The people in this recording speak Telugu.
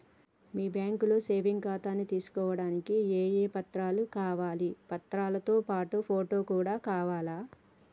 మీ బ్యాంకులో సేవింగ్ ఖాతాను తీసుకోవడానికి ఏ ఏ పత్రాలు కావాలి పత్రాలతో పాటు ఫోటో కూడా కావాలా?